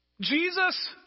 Jesus